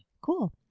Cool